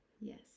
Yes